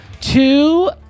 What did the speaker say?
Two